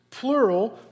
plural